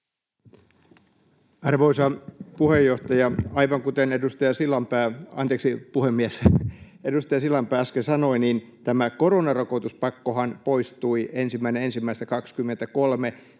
Arvoisa puhemies! Aivan kuten edustaja Sillanpää äsken sanoi, tämä koronarokotuspakkohan poistui 1.1.23.